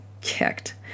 kicked